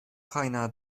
kaynağı